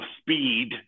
speed